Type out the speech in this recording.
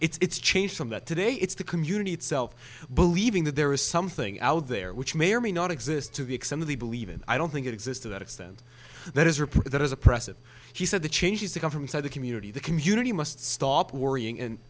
people it's change from that today it's the community itself believing that there is something out there which may or may not exist to the extent of the believe in i don't think it exists or that extent that is reported that is oppressive he said the change has to come from inside the community the community must stop worrying and